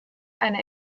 eine